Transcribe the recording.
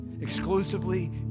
Exclusively